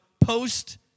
post